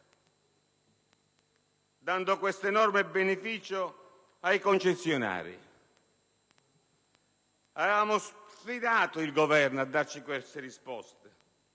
dando questo enorme beneficio ai concessionari? Avevamo sfidato il Governo a darci queste risposte